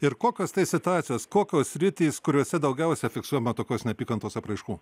ir kokios tai situacijos kokios sritys kuriose daugiausiai fiksuojama tokios neapykantos apraiškų